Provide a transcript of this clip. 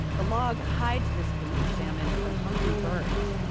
the log hides this baby salmon from hungry birds.